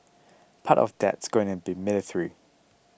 part of that's going to be military